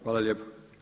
Hvala lijepo.